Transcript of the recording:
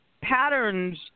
patterns